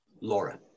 Laura